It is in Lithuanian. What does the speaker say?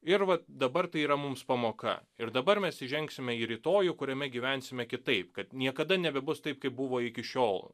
ir va dabar tai yra mums pamoka ir dabar mes įžengsime į rytojų kuriame gyvensime kitaip kad niekada nebebus taip kaip buvo iki šiol